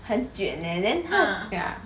很卷 leh then ya